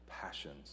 passions